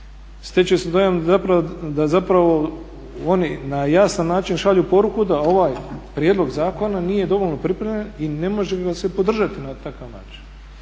stječe se dojam da oni na jasan način šalju poruku da ovaj prijedlog zakona nije dovoljno pripremljen i ne može ga se podržati na takav način.